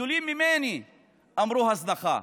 גדולים ממני אמרו: הזנחה.